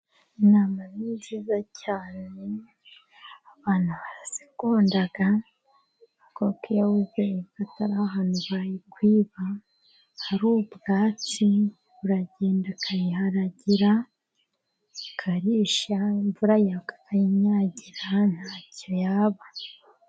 Intama ni nziza cyane abantu barazikunda, iyo hari ahantu wizeye batayikwiba hari ubwatsi buragenda akayiharagira karisha imvura yagwa ikayinyagira ntacyo yaba.